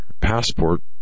passport